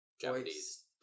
Japanese